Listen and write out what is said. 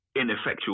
ineffectual